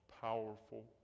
powerful